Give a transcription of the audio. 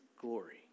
glory